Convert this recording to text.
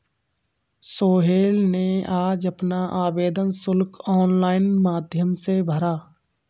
सोहेल ने आज अपना आवेदन शुल्क ऑनलाइन माध्यम से भरा